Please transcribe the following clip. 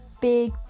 big